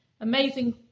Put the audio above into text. amazing